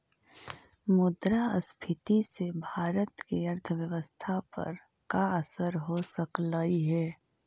मुद्रास्फीति से भारत की अर्थव्यवस्था पर का असर हो सकलई हे